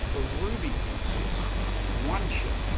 ah ruby princess one ship,